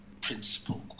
principle